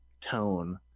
tone